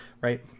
right